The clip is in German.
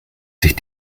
sich